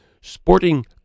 Sporting